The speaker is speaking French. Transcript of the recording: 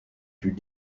plus